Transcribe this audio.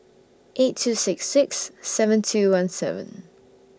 eight two six six seven two one seven